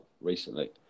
recently